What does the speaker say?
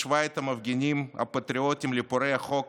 השווה את המפגינים הפטריוטים לפורעי החוק